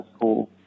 cool